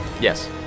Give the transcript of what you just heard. Yes